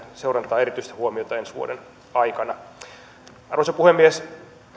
seurantaan kiinnittää erityistä huomiota ensi vuoden aikana arvoisa puhemies